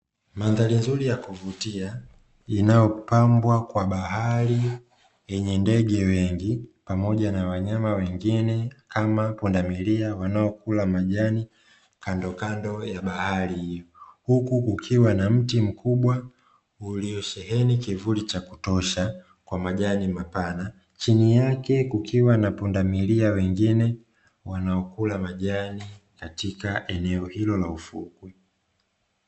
Mandhari nzuri ya kuvutia inayopambwa kwa bahari yenye ndege wengi pamoja na wanyama wengine kama pundamilia wanaokula majani kandokando ya bahari hiyo, huku kukiwa na mti mkubwa uliyosheheni kivuli cha kutosha kwa majani mapana chini yake kukiwa na pundamilia wengine wanaokula majani katika eneo hilo la ufukwe.